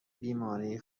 بیماری